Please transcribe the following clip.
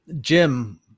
Jim